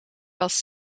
was